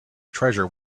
treasure